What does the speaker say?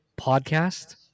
podcast